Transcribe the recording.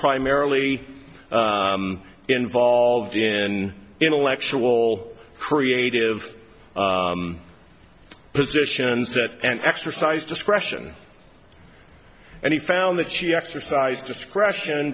primarily involved in intellectual creative positions that and exercise discretion and he found that she exercised discretion